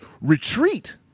retreat